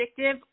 addictive